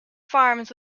farms